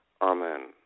Amen